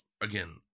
again